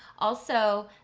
also,